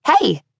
Hey